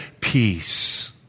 peace